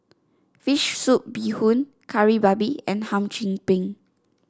fish soup Bee Hoon Kari Babi and Hum Chim Peng